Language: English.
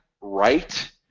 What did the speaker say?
right